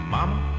Mama